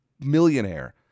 millionaire